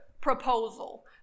proposal